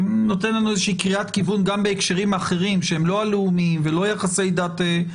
שהוא חסר קריטריונים לחלוטין,